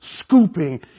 scooping